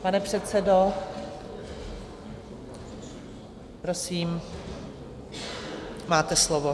Pane předsedo, prosím, máte slovo.